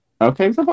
okay